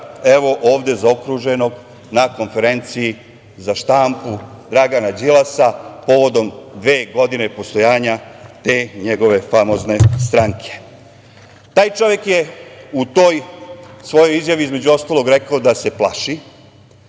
evo ovde zaokruženog na Konferenciji za štampu, Dragana Đilasa, povodom dve godine postojanja te njegove famozne stranke. Taj čovek je u toj svojoj izjavi, između ostalog rekao da se plaši